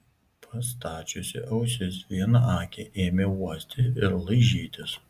pastačiusi ausis vienakė ėmė uosti ir laižytis